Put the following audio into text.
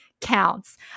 counts